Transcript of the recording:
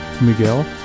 Miguel